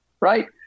right